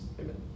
Amen